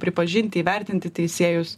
pripažinti įvertinti teisėjus